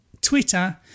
Twitter